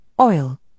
oil